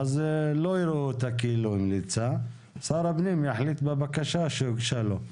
אז לא יראו אותה כאילו המליצה ושר הפנים יחליט בבקשה שהוגשה לו.